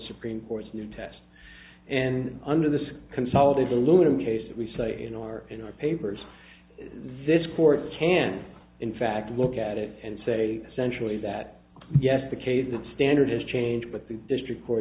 supreme court's new test and under this consolidated aluminum case that we say in our in our papers this court can in fact look at it and say centrally that yes the case that standard has changed but the district